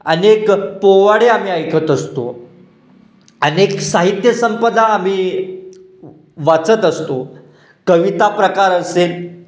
अनेक पोवाडे आम्ही ऐकत असतो अनेक साहित्य संपदा आम्ही व वाचत असतो कविता प्रकार असेल